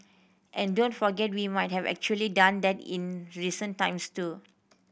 and don't forget we might have actually done that in recent times too